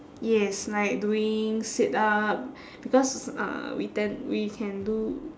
yes like doing sit up because uh we tend we can do